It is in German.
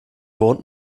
wohnt